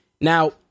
Now